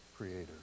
creator